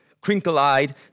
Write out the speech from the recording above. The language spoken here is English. Crinkle-eyed